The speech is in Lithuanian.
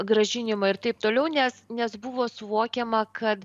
grąžinimo ir taip toliau nes nes buvo suvokiama kad